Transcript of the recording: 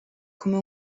come